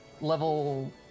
level